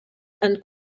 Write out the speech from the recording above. and